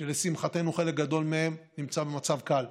שלשמחתנו חלק גדול מהם במצב קל,